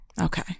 Okay